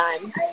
time